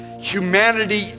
humanity